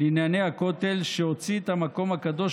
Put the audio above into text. לענייני הכותל שהוציא את המקום הקדוש